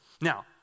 Now